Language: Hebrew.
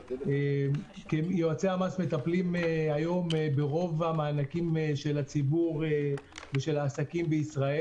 יועצי המס מטפלים היום ברוב מענקי הציבור והעסקים בישראל.